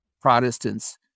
Protestants